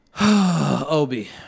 Obi